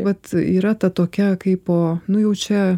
vat yra ta tokia kaipo nu jau čia